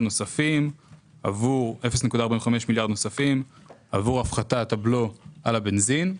נוספים עבור הפחתת הבלו על הבנזין.